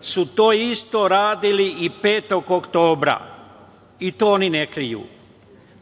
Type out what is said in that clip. su to isto radili i 5. oktobra, i to oni ne kriju.